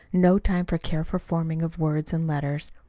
no time for careful forming of words and letters.